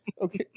Okay